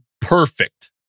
Perfect